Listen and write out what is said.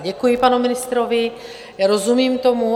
Děkuji panu ministrovi, rozumím tomu.